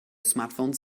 smartphones